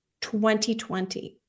2020